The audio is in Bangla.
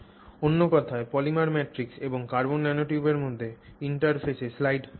অন্য কথায় পলিমার ম্যাট্রিক্স এবং কার্বন ন্যানোটিউবের মধ্যে ইন্টারফেসে স্লাইড শুরু হয়